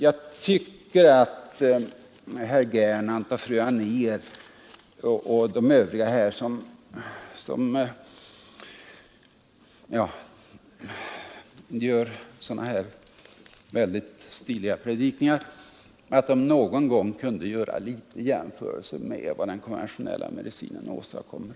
Jag tycker att herr Gernandt, fru Anér och övriga, som framför så stiliga predikningar här, någon gång också kunde göra en del jämförelser med vad den konventionella medicinen åstadkommer.